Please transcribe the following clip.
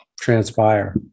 transpire